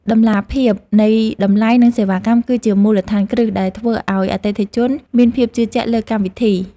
តម្លាភាពនៃតម្លៃនិងសេវាកម្ម គឺជាមូលដ្ឋានគ្រឹះដែលធ្វើឱ្យអតិថិជនមានភាពជឿជាក់លើកម្មវិធី។